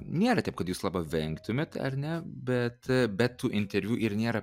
nėra taip kad jūs labai vengtumėt ar ne bet be tų interviu ir nėra